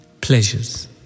pleasures